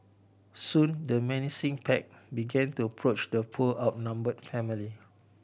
soon the menacing pack began to approach the poor outnumbered family